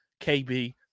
KB